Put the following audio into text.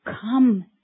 come